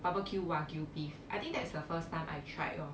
barbecue wagyu beef I think that's the first time I tried lor